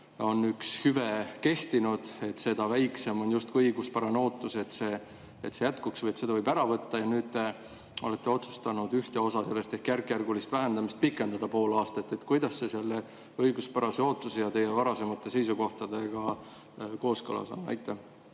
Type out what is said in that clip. on üks hüve kehtinud, seda väiksem on justkui õiguspärane ootus, et see jätkuks, selle võib ära võtta, siis nüüd te olete otsustanud ühte osa sellest ehk järkjärgulist vähendamist pikendada pool aastat. Kuidas see selle õiguspärase ootuse ja teie varasemate seisukohtadega kooskõlas on? Aitäh,